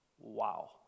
Wow